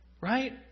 Right